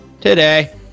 today